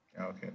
Okay